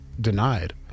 denied